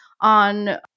on